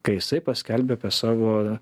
kai jisai paskelbė apie savo